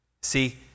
See